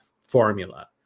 formula